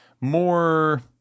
more